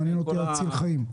מעניין אותי להציל חיים.